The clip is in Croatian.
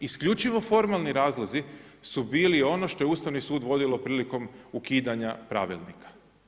Isključivo formalni razlozi su bili ono što je Ustavni sud vodilo prilikom ukidanja pravilnika.